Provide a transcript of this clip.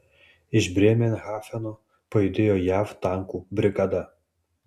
iš brėmerhafeno pajudėjo jav tankų brigada